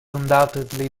undoubtedly